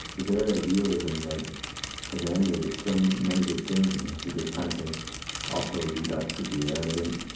the very idealism that has animated so many good things in the history of this country also lead us to be arrogant,